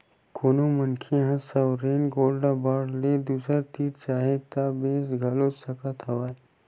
कोनो मनखे ह सॉवरेन गोल्ड बांड ल दूसर तीर चाहय ता बेंच घलो सकत हवय